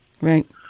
Right